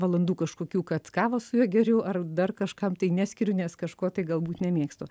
valandų kažkokių kad kavą su juo geriu ar dar kažkam tai neskiriu nes kažko tai galbūt nemėgstu